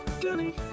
Danny